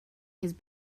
his